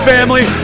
Family